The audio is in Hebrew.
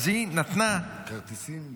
היא נתנה -- כרטיסים.